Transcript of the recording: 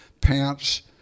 pants